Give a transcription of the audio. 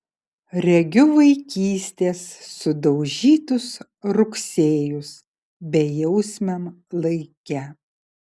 regiu vaikystės sudaužytus rugsėjus bejausmiam laike